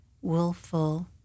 willful